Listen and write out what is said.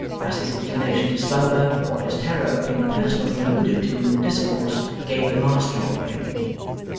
as his inclination to slumber, or his terror of being personally alluded to in the discourse, gained the mastery over him.